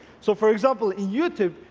so for example, in youtube,